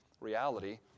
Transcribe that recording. reality